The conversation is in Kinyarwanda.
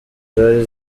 zari